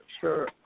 sure